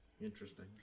Interesting